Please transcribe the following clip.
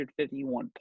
151